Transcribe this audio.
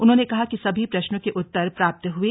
उन्होंने कहा कि सभी प्रश्नों के उत्तर प्राप्त हुए